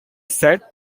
set